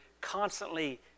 constantly